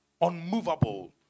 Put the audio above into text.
unmovable